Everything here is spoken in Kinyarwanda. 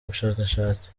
bushakashatsi